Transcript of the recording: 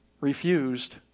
refused